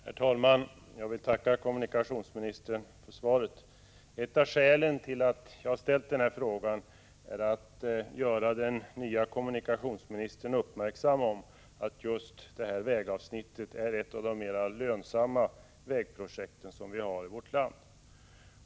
Herr talman! Jag vill tacka kommunikationsministern för svaret. Ett av skälen till att jag har ställt frågan är att jag velat göra den nya kommunikationsministern uppmärksam på att just byggande av det här vägavsnittet är ett av de mera lönsamma byggprojekt som vi har i vårt land.